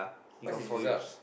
what's his results